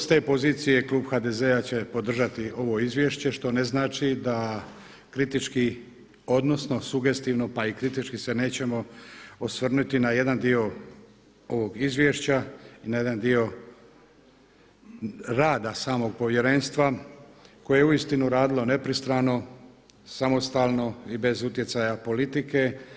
S te pozicije klub HDZ-a će podržati ovo izvješće što ne znači da kritički, odnosno sugestivno pa i kritički se nećemo osvrnuti na jedan dio ovog izvješća i na jedan dio rada samog Povjerenstva koje je uistinu radilo nepristrano, samostalno i bez utjecaja politike.